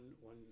one